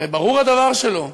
הרי ברור הדבר שלא.